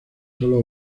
sólo